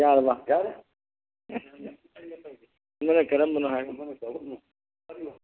ꯌꯥꯔꯕ ꯌꯥꯔꯦ